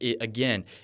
again